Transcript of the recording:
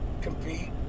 compete